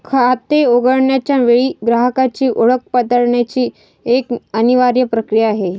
खाते उघडण्याच्या वेळी ग्राहकाची ओळख पडताळण्याची एक अनिवार्य प्रक्रिया आहे